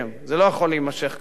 זה לא יכול להימשך כך.